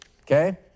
Okay